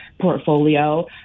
portfolio